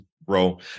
bro